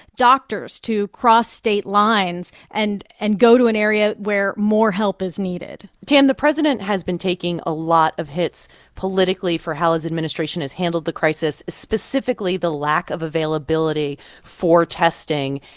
doctors to cross state lines and and go to an area where more help is needed tam, the president has been taking a lot of hits politically for how his administration has handled the crisis, specifically the lack of availability for testing.